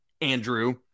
Andrew